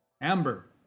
amber